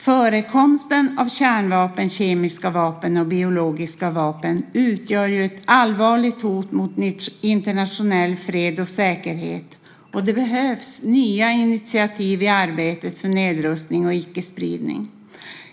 Förekomsten av kärnvapen, kemiska vapen och biologiska vapen utgör ju ett allvarligt hot mot internationell fred och säkerhet, och det behövs nya initiativ i arbetet för nedrustning och icke-spridning.